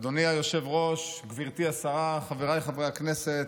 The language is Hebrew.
אדוני היושב-ראש, גברתי השרה, חבריי חברי הכנסת,